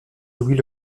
louis